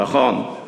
נכון.